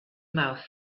mouth